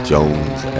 Jones